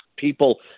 People